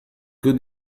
que